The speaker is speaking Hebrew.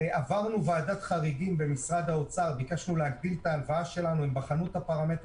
שלהערכתי בתוך חודשיים תוכל להתחיל בקבוצות מסודרות ומאורגנות